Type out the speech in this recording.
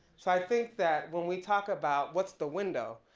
so, i think that when we talk about, what's the window,